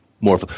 more –